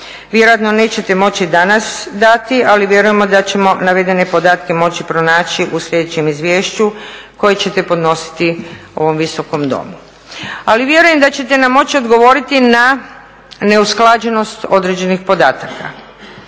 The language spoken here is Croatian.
vjerojatno nećete moći danas dati ali vjerujemo da ćemo navedene podatke moći pronaći u sljedećem izvješću koje ćete podnositi ovom Visokom domu, ali vjerujem da ćete nam moći odgovoriti na neusklađenost određenih podataka.